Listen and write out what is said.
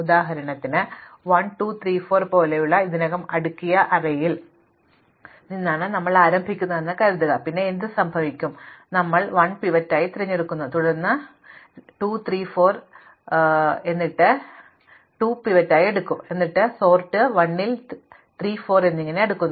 ഉദാഹരണത്തിന് 1 2 3 4 പോലുള്ള ഇതിനകം അടുക്കിയ അറേയിൽ നിന്നാണ് ഞങ്ങൾ ആരംഭിക്കുന്നതെന്ന് കരുതുക പിന്നെ എന്ത് സംഭവിക്കും ഞങ്ങൾ 1 പിവറ്റായി തിരഞ്ഞെടുക്കുന്നു തുടർന്ന് ഇത് സംഭവിക്കുന്നു ഇത് 2 3 4 എന്നിട്ട് ഞാൻ 2 ഒരു പിവറ്റായി തിരഞ്ഞെടുക്കും ഇത് ഞങ്ങളുടെ സോർട്ട് 1 ൽ 3 4 എന്നിങ്ങനെ അടുക്കുന്നു